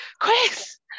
Chris